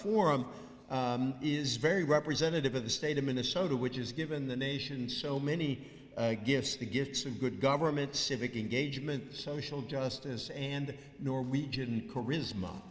forum is very representative of the state of minnesota which is given the nation so many gifts the gifts and good government civic engagement social justice and norwegian charisma